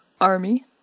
Army